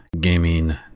gaming